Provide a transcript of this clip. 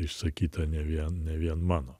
išsakyta ne vieną vien mano